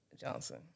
Johnson